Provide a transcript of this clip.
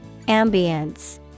Ambience